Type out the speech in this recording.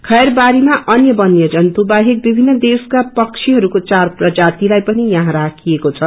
खैरबाड़ीमा अन्य वन्य जन्तु बाहेक विभिन्न देशका पक्षीहयको चार प्रजातिलाई पनि यहाँ राखिएको छ